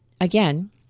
Again